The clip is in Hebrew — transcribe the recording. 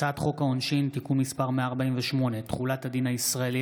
הצעת חוק העונשין (תיקון מס' 148) (תחולת הדין הישראלי